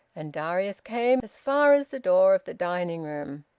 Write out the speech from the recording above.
and darius came as far as the door of the dining-room.